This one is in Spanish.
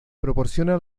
proporciona